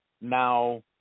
now